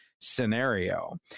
scenario